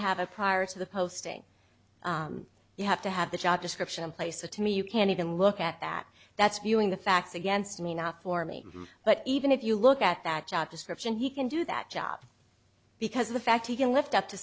have a prior to the posting you have to have the job description in place a to me you can even look at that that's viewing the facts against me not for me but even if you look at that job description he can do that job because the fact he can lift up to